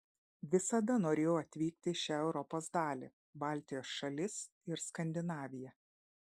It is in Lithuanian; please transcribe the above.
visada norėjau atvykti į šią europos dalį baltijos šalis ir skandinaviją